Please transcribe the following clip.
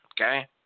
Okay